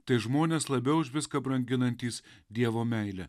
tai žmonės labiau už viską branginantys dievo meilę